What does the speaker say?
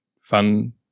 fun